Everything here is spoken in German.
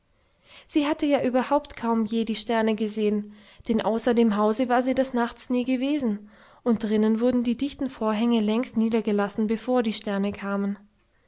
sie hatte ja überhaupt kaum je die sterne gesehen denn außer dem hause war sie des nachts nie gewesen und drinnen wurden die dichten vorhänge längst niedergelassen bevor die sterne kamen